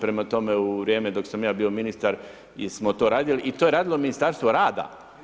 Prema tome u vrijeme dok sam ja bio ministar smo to radili i to je radilo Ministarstvo rada.